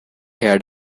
hair